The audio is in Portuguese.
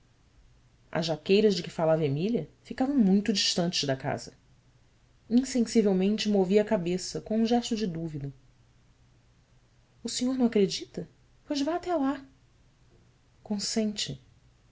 as jaqueiras de que falava emília ficavam muito distantes da casa insensivelmente movi a cabeça com um gesto de dúvida senhor não acredita pois vá até lá